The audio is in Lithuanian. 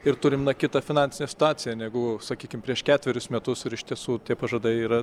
ir turim na kitą finansinę situaciją negu sakykim prieš ketverius metus ir iš tiesų tie pažadai yra